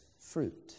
fruit